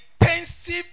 intensive